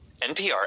NPR